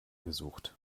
gesucht